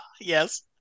Yes